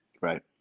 Right